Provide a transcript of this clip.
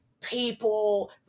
people